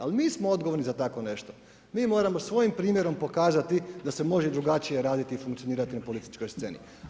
Ali mi smo odgovorni za tako nešto, mi moramo svojim primjerom pokazati da se može drugačije raditi i funkcionirati na političkoj sceni.